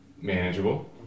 manageable